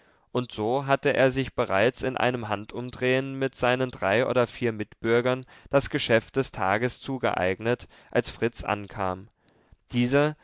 und so hatte er sich bereits in einem handumdrehen mit seinen drei oder vier mitbürgern das geschäft des tages zugeeignet als fritz ankam dieser